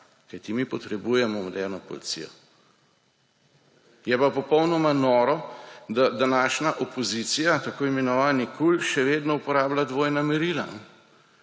kajti mi potrebujemo moderno policijo. Je pa popolnoma noro, da današnja opozicija, tako imenovani KUL, še vedno uporablja dvojna merila,